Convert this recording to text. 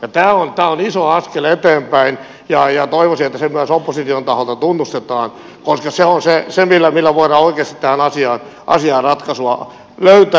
tämä on iso askel eteenpäin ja toivoisin että se myös opposition taholta tunnustetaan koska se on se millä voidaan oikeasti tähän asiaan ratkaisua löytää